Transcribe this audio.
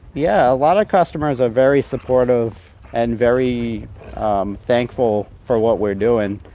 yeah, a lot of customers are very supportive and very um thankful for what we're doin'.